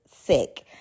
sick